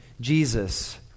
Jesus